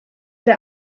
der